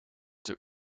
took